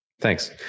thanks